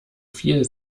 viel